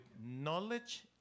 knowledge